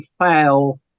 fail